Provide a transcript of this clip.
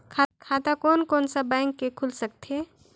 खाता कोन कोन सा बैंक के खुल सकथे?